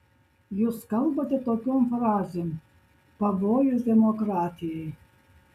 jūs kalbate tokiom frazėm pavojus demokratijai